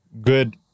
good